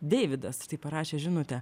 deividas štai parašė žinutę